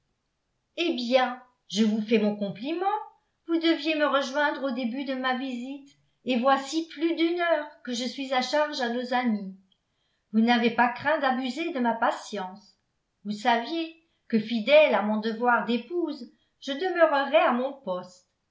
eh bien je vous fais mon compliment vous deviez me rejoindre au début de ma visite et voici plus d'une heure que je suis à charge à nos amies vous n'avez pas craint d'abuser de ma patience vous saviez que fidèle à mon devoir d'épouse je demeurerais à mon poste